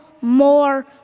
more